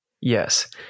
yes